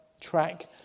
track